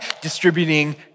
distributing